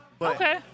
Okay